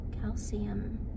calcium